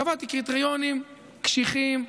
קבעתי קריטריונים קשיחים,